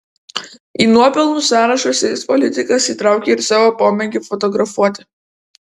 į nuopelnų sąrašą šis politikas įtraukė ir savo pomėgį fotografuoti